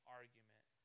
argument